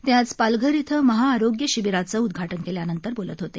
ते आज पालघर इथं महाआरोग्य शिबिराचं उद्घाटन केल्यानंतर बोलत होते